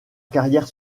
carrière